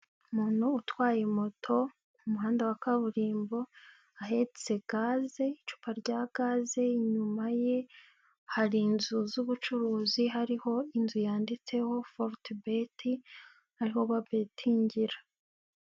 Umuntu utwaye moto ku muhanda wa kaburimbo, ahetse gaze icupa rya gaze inyuma ye hari inzu z'ubucuruzi hariho inzu yanditseho forutebeti ariho babetingira.